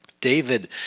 David